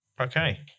okay